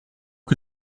que